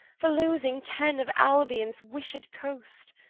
for loosing ken of albions wished coast.